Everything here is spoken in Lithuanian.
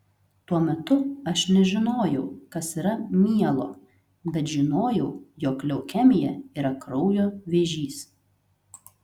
tuo metu aš nežinojau kas yra mielo bet žinojau jog leukemija yra kraujo vėžys